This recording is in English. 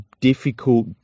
difficult